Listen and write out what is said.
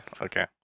Okay